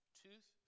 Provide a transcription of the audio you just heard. tooth